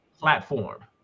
platform